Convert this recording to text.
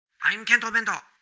i'm kento bento!